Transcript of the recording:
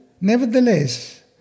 nevertheless